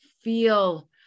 feel